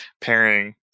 pairing